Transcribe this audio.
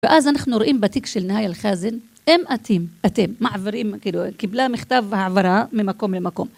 ואז אנחנו רואים בתיק של נאי אלחזן, הם עתים, אתם מעברים, כאילו, קיבלה מכתב העברה ממקום למקום.